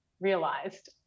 realized